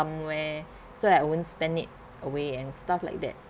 somewhere so I wouldn't spend it away and stuff like that